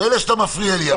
מילא שאתה מפריע לי.